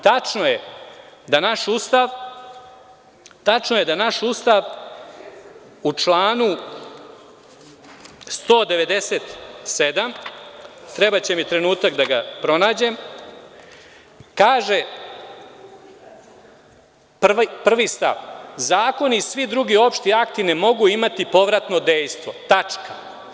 Tačno je da naš Ustav u članu 197, trebaće mi trenutak da ga pronađem, prvi stav – zakoni i svi drugi opšti akti ne mogu imati povratno dejstvo tačka.